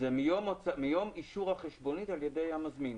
מיום אישור החשבונית על ידי המזמין.